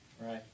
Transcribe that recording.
Right